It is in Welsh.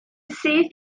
syth